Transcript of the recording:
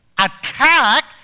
attack